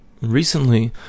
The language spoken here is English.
Recently